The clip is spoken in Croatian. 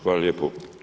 Hvala lijepo.